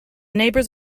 neighbors